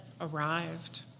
arrived